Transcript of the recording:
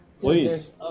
Please